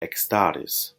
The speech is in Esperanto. ekstaris